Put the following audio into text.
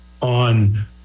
on